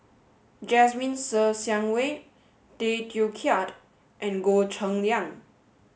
Jasmine Ser Xiang Wei Tay Teow Kiat and Goh Cheng Liang